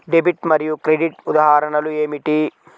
Debit మరియు credit ఉదాహరణలు ఏమిటీ?